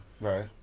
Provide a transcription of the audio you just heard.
Right